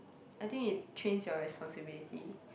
I think it trains your responsibility